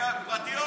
כפרטיות?